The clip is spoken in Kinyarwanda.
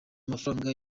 mafaranga